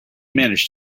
manage